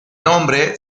nombre